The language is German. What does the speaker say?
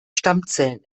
stammzellen